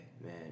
man